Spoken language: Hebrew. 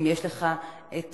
אם יש לך הכסף,